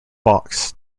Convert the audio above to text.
box